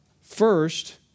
First